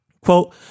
Quote